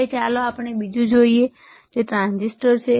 હવે ચાલો આપણે બીજું જોઈએ જે ટ્રાંઝિસ્ટર છે